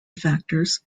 factors